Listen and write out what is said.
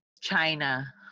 china